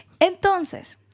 Entonces